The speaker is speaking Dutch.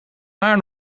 haar